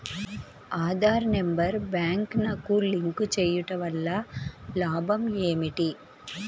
Aadhaar number బ్యాంక్నకు link చేయుటవల్ల లాభం ఏమిటి?